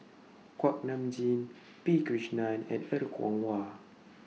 Kuak Nam Jin P Krishnan and Er Kwong Wah